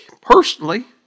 personally